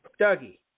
Dougie